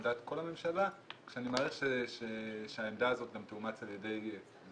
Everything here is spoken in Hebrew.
עמדת כל הממשלה כשאני מעריך שהעמדה הזאת גם תאומץ על ידי מרבית